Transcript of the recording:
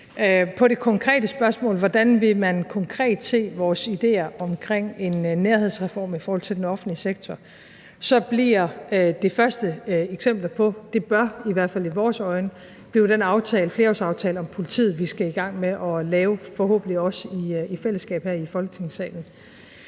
Til det konkrete spørgsmål om, hvordan man konkret vil se vores ideer omkring en nærhedsreform i forhold til den offentlige sektor, så bør det første eksempel – i hvert fald i vores øjne – blive den flerårsaftale om politiet, vi skal i gang med at lave, forhåbentlig også i fællesskab her i Folketingssalen.